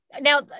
Now